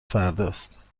فرداست